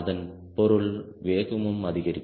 அதன் பொருள் வேகமும் அதிகரிக்கும்